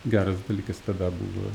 geras dalykas tada buvo